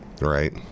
Right